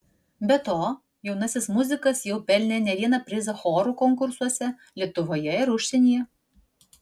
be to jaunasis muzikas jau pelnė ne vieną prizą chorų konkursuose lietuvoje ir užsienyje